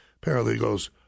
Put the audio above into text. paralegals